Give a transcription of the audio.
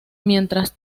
mientras